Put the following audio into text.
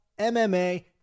MMA